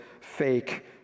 fake